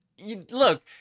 look